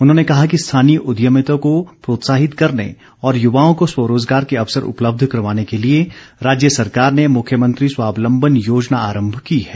उन्होंने कहा कि स्थानीय उद्यभिता को प्रोत्साहित करने और युवाओं को स्वरोज़गार के अवसर उपलब्ध करवाने के लिए राज्य सरकार ने मुख्यमंत्री स्वावलंबन योजना आरंभ की है